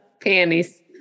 Panties